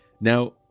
Now